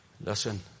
listen